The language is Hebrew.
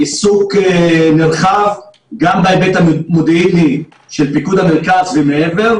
עיסוק נרחב גם בהיבט המודיעיני של פיקוד המרכז ומעבר,